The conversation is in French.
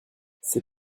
ses